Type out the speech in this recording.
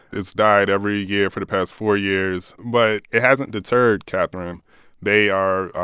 it's died every year for the past four years, but it hasn't deterred kathryn they are,